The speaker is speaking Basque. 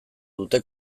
dute